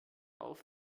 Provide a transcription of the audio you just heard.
auf